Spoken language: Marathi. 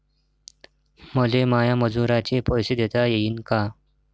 मले माया मजुराचे पैसे देता येईन का?